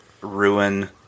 ruin